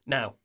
Now